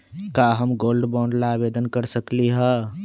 का हम gold bond ला आवेदन कर सकली ह?